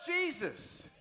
Jesus